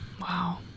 Wow